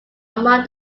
among